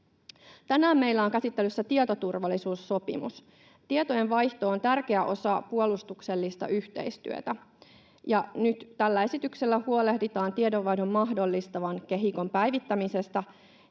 Tänään meillä on käsittelyssä tietoturvallisuussopimus. Tietojen vaihto on tärkeä osa puolustuksellista yhteistyötä, ja nyt tällä esityksellä huolehditaan tiedonvaihdon mahdollistavan kehikon päivittämisestä,